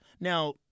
Now